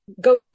go